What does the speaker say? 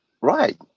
Right